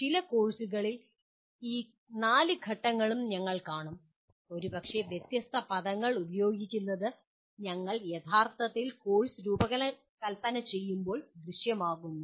ചില കോഴ്സുകളിൽ ഈ 4 ഘട്ടങ്ങളും ഞങ്ങൾ കാണും ഒരുപക്ഷേ വ്യത്യസ്ത പദങ്ങൾ ഉപയോഗിക്കുന്നത് ഞങ്ങൾ യഥാർത്ഥത്തിൽ കോഴ്സ് രൂപകൽപ്പന ചെയ്യുമ്പോൾ ദൃശ്യമാകുന്നു